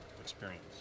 experience